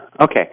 okay